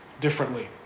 differently